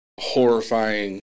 horrifying